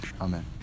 Amen